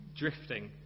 Drifting